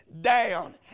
down